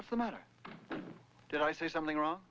what's the matter did i say something wrong